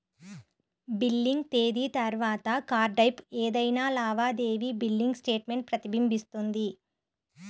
billing తేదీ తర్వాత కార్డ్పై ఏదైనా లావాదేవీ బిల్లింగ్ స్టేట్మెంట్ ప్రతిబింబిస్తుంది